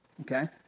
Okay